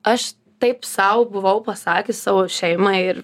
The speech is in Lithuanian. aš taip sau buvau pasakius savo šeimai ir